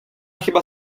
chyba